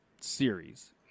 series